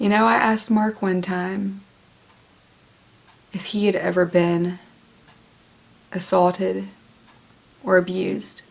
you know i asked mark one time if he had ever been assaulted or abused